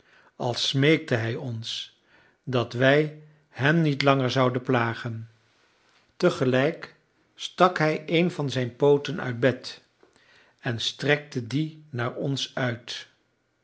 als smeekte hij ons dat wij hem niet langer zouden plagen tegelijk stak hij een van zijn pooten uit bed en strekte die naar ons uit